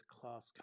class